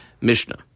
Mishnah